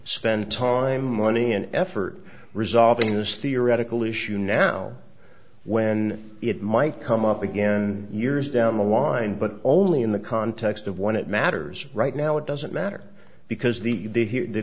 spend time money and effort resolving this theoretical issue now when it might come up again years down the line but only in the context of when it matters right now it doesn't matter because the